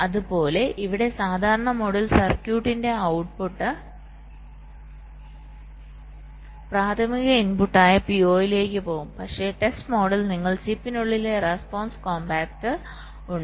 അതുപോലെ ഇവിടെ സാധാരണ മോഡിൽ സർക്യൂട്ടിന്റെ ഔട്ട്പുട്ട് പ്രാഥമിക ഇൻപുട്ടായ PO യിലേക്ക് പോകും പക്ഷേ ടെസ്റ്റ് മോഡിൽ നിങ്ങൾക്ക് ചിപ്പിനുള്ളിൽ റെസ്പോൺസ് കോംപാക്റ്റർ ഉണ്ട്